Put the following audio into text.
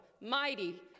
mighty